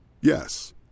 Yes